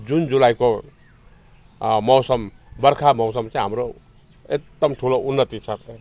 जुन जुलाईको मौसम बर्खाको मौसम चाहिँ हाम्रो एकदम ठुलो उन्नति छ